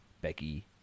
Becky